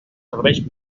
serveix